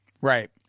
Right